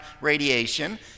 Radiation